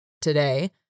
today